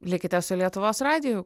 likite su lietuvos radiju